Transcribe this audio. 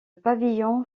pavillon